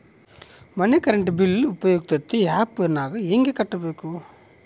ಮನೆ current bill ಉಪಯುಕ್ತತೆ app ನಾಗ ಹೆಂಗ ಕಟ್ಟಬೇಕು?